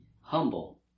humble